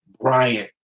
bryant